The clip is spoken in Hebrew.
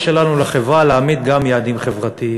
הדיברות.